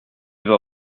vas